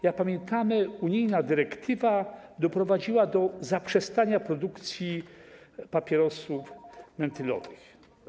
Jak pamiętamy, unijna dyrektywa doprowadziła do zaprzestania produkcji papierosów mentolowych.